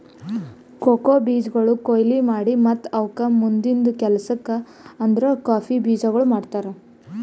cocoa ಬೀಜಗೊಳ್ ಕೊಯ್ಲಿ ಮಾಡಿ ಮತ್ತ ಅವುಕ್ ಮುಂದಿಂದು ಕೆಲಸಕ್ ಅಂದುರ್ ಕಾಫಿ ಬೀಜಗೊಳ್ ಮಾಡ್ತಾರ್